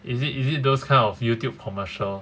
is it is it those kind of youtube commercial